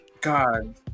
God